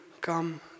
come